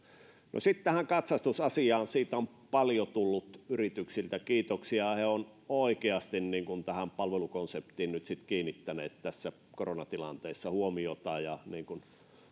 no sitten tähän katsastusasiaan siitä on paljon tullut yrityksiltä kiitoksia he ovat oikeasti tähän palvelukonseptiin nyt sitten kiinnittäneet tässä koronatilanteessa huomiota